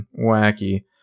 wacky